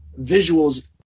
visuals